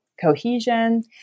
cohesion